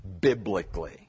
biblically